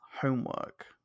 homework